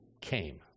came